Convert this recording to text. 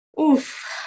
Oof